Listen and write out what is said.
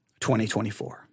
2024